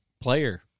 player